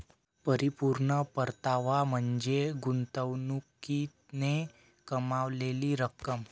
परिपूर्ण परतावा म्हणजे गुंतवणुकीने कमावलेली रक्कम